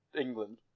England